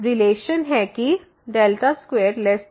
relation है कि 2≤εहै